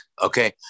okay